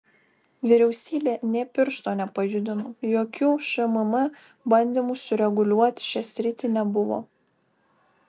vyriausybė nė piršto nepajudino jokių šmm bandymų sureguliuoti šią sritį nebuvo